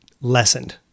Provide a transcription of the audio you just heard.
lessened